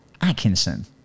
Atkinson